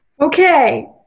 Okay